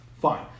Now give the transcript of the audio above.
Fine